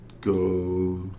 go